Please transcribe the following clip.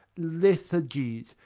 lethargies,